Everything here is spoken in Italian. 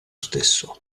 stesso